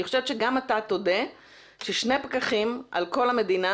חושבת שגם אתה תודה ששני פקחים על כל המדינה,